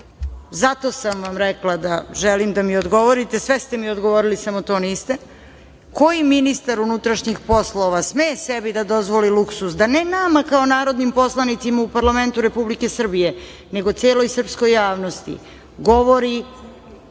zato sam vam rekla da želim da mi odgovorite, sve ste mi odgovorili samo to niste – koji ministar unutrašnjih poslova sme sebi da dozvoli luksuz, da ne nama narodnim poslanicima u Parlamentu Republike Srbije, nego celoj srpskoj javnosti govori